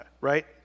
right